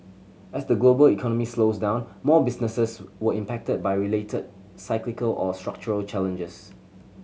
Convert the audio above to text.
as the global economy slows down more businesses were impacted by related cyclical or structural challenges